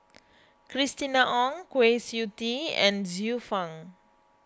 Christina Ong Kwa Siew Tee and Xiu Fang